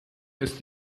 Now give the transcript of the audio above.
ist